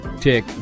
tick